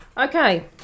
Okay